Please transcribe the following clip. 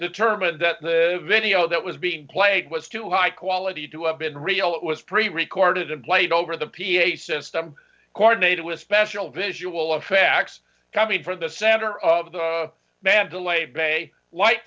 determined that the video that was being played was too high quality to have been real it was pre recorded and played over the p a system coordinated with special visual effects coming from the center of the mandalay bay